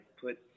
put